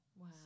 Wow